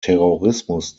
terrorismus